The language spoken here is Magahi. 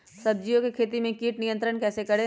सब्जियों की खेती में कीट नियंत्रण कैसे करें?